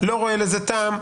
לא רואה בזה טעם.